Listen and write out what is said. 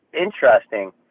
interesting